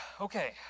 Okay